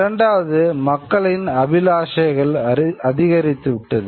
இரண்டாவது மக்களின் அபிலாஷைகள் அதிகரித்து விட்டது